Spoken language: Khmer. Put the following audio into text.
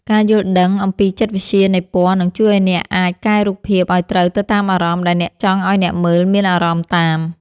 ការយល់ដឹងអំពីចិត្តវិទ្យានៃពណ៌នឹងជួយឱ្យអ្នកអាចកែរូបភាពឱ្យត្រូវទៅតាមអារម្មណ៍ដែលអ្នកចង់ឱ្យអ្នកមើលមានអារម្មណ៍តាម។